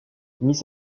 miss